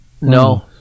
No